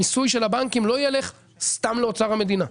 המיסוי של הבנקים לא ילך סתם לאוצר המדינה.